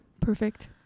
perfect